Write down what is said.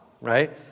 right